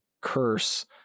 curse